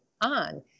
on